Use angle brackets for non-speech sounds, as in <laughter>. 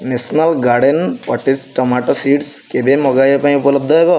national garden <unintelligible> tomato seeds କେବେ ମଗାଇବା ପାଇଁ ଉପଲବ୍ଧ ହେବ